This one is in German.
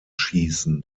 schießen